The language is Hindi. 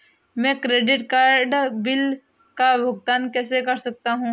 मैं क्रेडिट कार्ड बिल का भुगतान कैसे कर सकता हूं?